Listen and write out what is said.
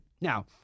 now